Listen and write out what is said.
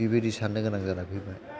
बेबायदि साननो गोनां जानानै फैबाय